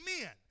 men